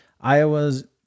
Iowa's